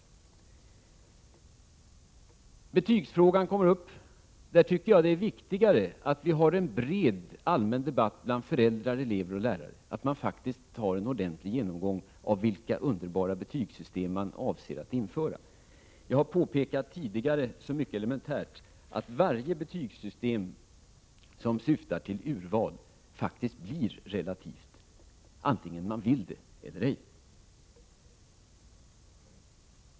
Beträffande betygsfrågan vill jag säga att jag anser att det är viktigare att vi har en bred, allmän debatt bland föräldrar, elever och lärare — att det faktiskt görs en ordentlig genomgång av vilka underbara betygssystem man avser att införa. Jag har tidigare påpekat det mycket elementära, att varje betygssystem som syftar till urval faktiskt blir relativt vare sig man vill det eller ej.